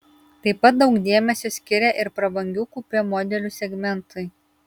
taip pat daug dėmesio skiria ir prabangių kupė modelių segmentui